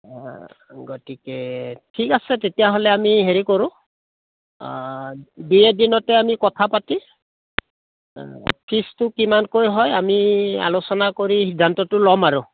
গতিকে ঠিক আছে তেতিয়াহ'লে আমি হেৰি কৰোঁ দুই এদিনতে আমি কথা পাতি ফিজটো কিমানকৈ হয় আমি আলোচনা কৰি সিদ্ধান্তটো ল'ম আৰু